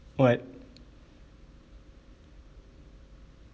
what